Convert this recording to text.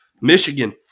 Michigan